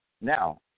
now